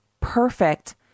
perfect